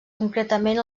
concretament